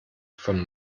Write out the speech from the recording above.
von